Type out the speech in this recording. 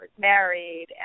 married